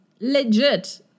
legit